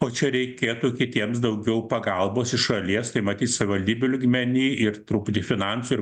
o čia reikėtų kitiems daugiau pagalbos iš šalies tai matyt savivaldybių lygmeny ir truputį finansų ir